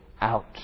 out